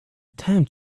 time